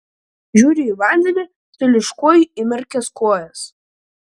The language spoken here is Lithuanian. žiūriu į vandenį teliūškuoju įmerkęs kojas